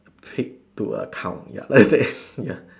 pig to a cow ya like that ya